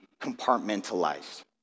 compartmentalized